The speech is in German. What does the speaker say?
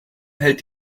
hält